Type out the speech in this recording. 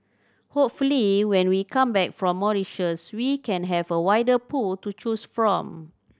hopefully when we come back from Mauritius we can have a wider pool to choose from